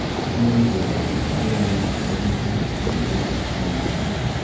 so it destroys everything it can lay its hands on,